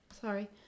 Sorry